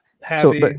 happy